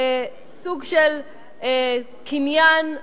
לסוג של קניין,